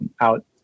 out